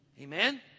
Amen